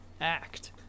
act